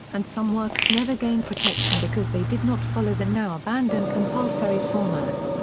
and some works never gained protection because they did not follow the now-abandoned compulsory format.